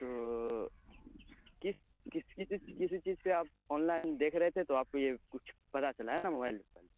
تو کس کسی چیز پہ آپ آن لائن دیکھ رہے تھے تو آپ کو یہ کچھ پتہ چلا ہے نا موبائل وبائل میں